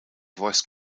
voice